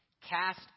Cast